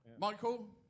Michael